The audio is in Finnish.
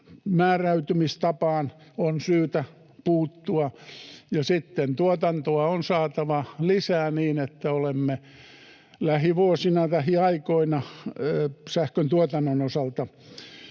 määräytymistapaan on syytä puuttua, ja sitten tuotantoa on saatava lisää niin, että olemme lähivuosina, lähiaikoina sähköntuotannon osalta